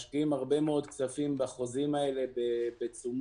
משקיעים הרבה מאוד כספים בחוזים האלה בתשומות,